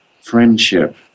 friendship